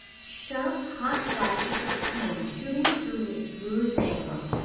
sharp, hot flashes of pain shooting through his bruised ankle.